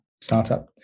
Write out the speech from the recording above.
startup